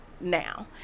Now